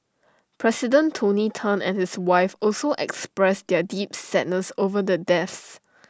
president tony Tan and his wife also expressed their deep sadness over the deaths